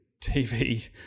TV